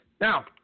Now